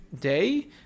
day